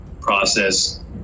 process